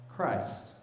Christ